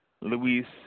Luis